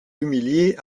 humilié